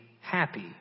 happy